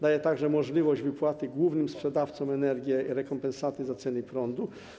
Daje także możliwość wypłaty głównym sprzedawcom energii rekompensaty w przypadku cen prądu.